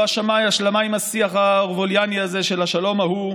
לא השלמה עם השיח האוורווליאני הזה של השלום ההוא,